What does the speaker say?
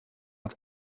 het